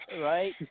right